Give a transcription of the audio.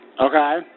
Okay